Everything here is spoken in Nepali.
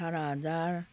अठार हजार